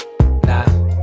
Nah